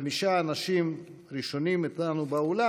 חמישה אנשים ראשונים איתנו באולם,